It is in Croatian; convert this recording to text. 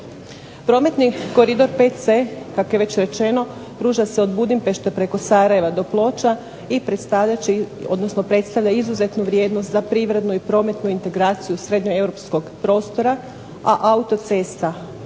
Prometni koridor VC kako je već rečeno pruža se od Budimpešte preko Sarajeva do Ploča i predstavljat će, odnosno predstavlja izuzetnu vrijednost za privrednu i prometnu integraciju srednje europskog prostora, a autocesta